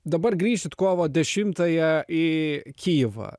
dabar grįšit kovo dešimtąją į kijevą